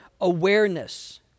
awareness